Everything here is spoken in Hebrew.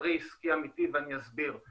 מסחרי עסקי אמיתי, ואני אסביר.